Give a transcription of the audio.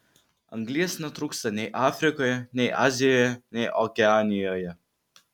anglies netrūksta nei afrikoje nei azijoje nei okeanijoje